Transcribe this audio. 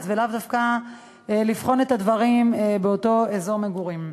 ולאו דווקא לבחון את הדברים באותו אזור מגורים.